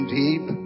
deep